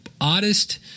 oddest –